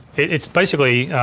it's basically,